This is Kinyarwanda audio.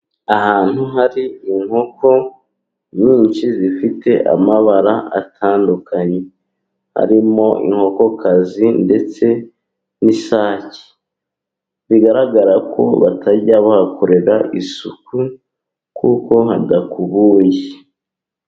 Ahantu hari inkoko nyinshi zifite amabara atandukanye. Harimo inkokokazi ndetse n'isake bigaragara ko batajya bahakorera isuku kuko hadakubuye.